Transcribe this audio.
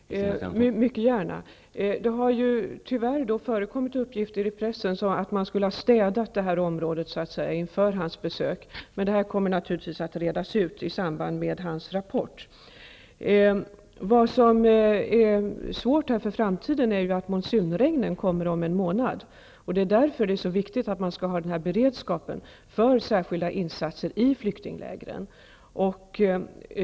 Herr talman! Det gör jag mycket gärna. Det har ju tyvärr förekommit uppgifter i pressen om att man så att säga skulle ha städat det här området inför Eliassons besök, men det kommer naturligtvis att redas ut i samband med hans rapport. Vad som är svårt inför framtiden är att monsunregnen kommer om en månad. Det är därför viktigt att ha en beredskap för särskilda insatser i flyktinglägren.